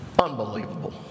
Unbelievable